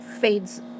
fades